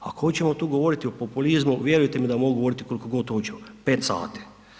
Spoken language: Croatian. Ako hoćemo tu govoriti o populizmu, vjerujte da mogu govoriti koliko god hoću, 5 sati.